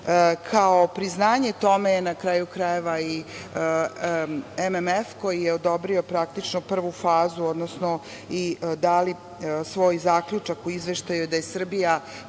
Kao priznanje tome je i MMF koji je odobrio praktično prvu fazu, odnosno dali svoj zaključak u izveštaju da je Srbija